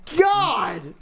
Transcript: God